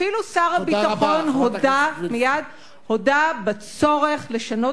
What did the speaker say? אפילו שר הביטחון הודה בצורך לשנות